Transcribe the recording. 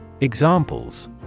Examples